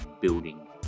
building